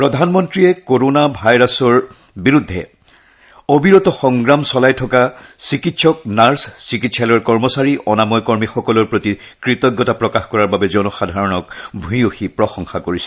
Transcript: প্ৰধানমন্ত্ৰীয়ে কৰোনা ভাইৰাছৰ বিৰুদ্ধে অবিৰত সংগ্ৰাম চলাই থকা চিকিৎসক নাৰ্ছ চিকিৎসালয়ৰ কৰ্মচাৰী অনাময় কৰ্মীসকলৰ প্ৰতি কৃতজ্ঞতা প্ৰকাশ কৰাৰ বাবে জনসাধাৰণক ভূয়সী প্ৰশংসা কৰিছে